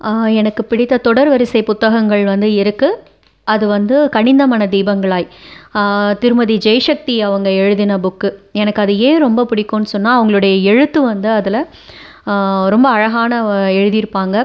எனக்கு பிடித்த தொடர் வரிசை புத்தகங்கள் வந்து இருக்கு அது வந்து கனிந்த மனதீபங்களாய் திருமதி ஜெய்சக்தி அவங்க எழுதிய புக் எனக்கு அது ஏன் ரொம்ப பிடிக்குனு சொன்னால் அவர்களுடைய எழுத்து வந்து அதில் ரொம்ப அழகான எழுதியிருப்பாங்க